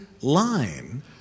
line